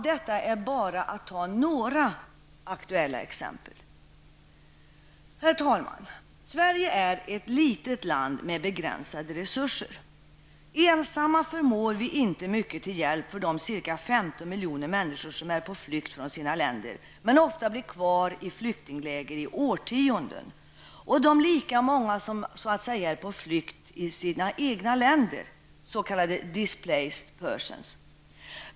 Detta bara för att ta några aktuella exempel. Herr talman! Sverige är ett litet land med begränsade resurser. Ensamma förmår vi inte mycket till hjälp för de ca 15 miljoner människor som är på flykt från sina länder -- men ofta blir kvar i flyktingläger i årtionden -- och de lika många som är så att säga på flykt i sina egna länder, s.k. displaced persons.